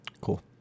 Cool